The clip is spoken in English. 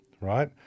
right